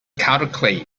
counterclaim